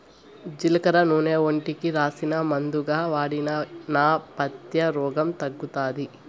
జీలకర్ర నూనె ఒంటికి రాసినా, మందుగా వాడినా నా పైత్య రోగం తగ్గుతాది